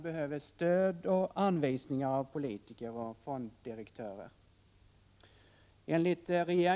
Ett av de viktigaste instrumenten i småföretagspolitiken är de regionala utvecklingsfonderna.